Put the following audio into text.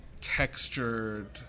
textured